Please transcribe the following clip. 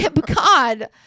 god